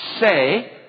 Say